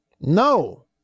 No